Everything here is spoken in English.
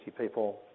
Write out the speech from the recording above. people